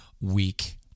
week